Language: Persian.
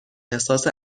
احساس